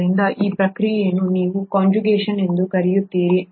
ಆದ್ದರಿಂದ ಈ ಪ್ರಕ್ರಿಯೆಯನ್ನು ನೀವು ಕಾನ್ಜುಗೇಷನ್ ಎಂದು ಕರೆಯುತ್ತೀರಿ